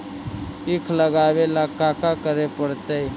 ईख लगावे ला का का करे पड़तैई?